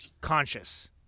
conscious